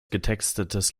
getextetes